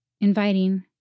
inviting